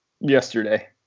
yesterday